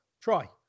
Try